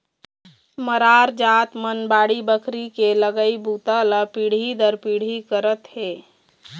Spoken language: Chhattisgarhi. मरार जात मन बाड़ी बखरी के लगई बूता ल पीढ़ी दर पीढ़ी करत हे